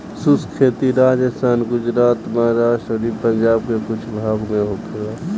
शुष्क खेती राजस्थान, गुजरात, महाराष्ट्र अउरी पंजाब के कुछ भाग में होखेला